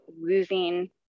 losing